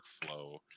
workflow